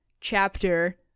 chapter